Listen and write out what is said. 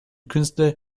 künstler